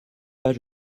pas